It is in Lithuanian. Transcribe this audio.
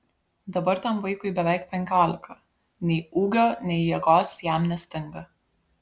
dabar tam vaikui beveik penkiolika nei ūgio nei jėgos jam nestinga